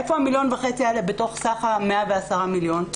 איפה המיליון וחצי בתוך סך ה-110 מיליון?